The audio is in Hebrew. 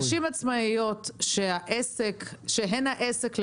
נשים עצמאיות שהן למעשה העסק,